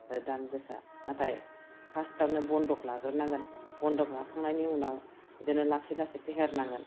दाम गोसा नाथाय फार्स्टआवनो बन्दक लाग्रोनांगोन बन्दक लाखांनायनि उनाव बिदिनो लासै लासै फेहेरनांगोन